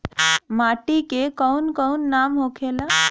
माटी के कौन कौन नाम होखे ला?